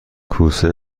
کوسه